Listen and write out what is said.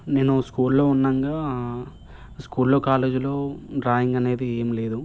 నేను స్కూల్ లో ఉండగా స్కూల్ లో కాలేజీలో డ్రాయింగ్ అనేది ఏం లేదు